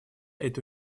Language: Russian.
эту